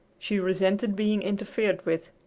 she resented being interfered with.